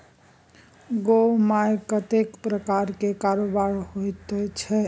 गै माय कतेक प्रकारक कारोबार होइत छै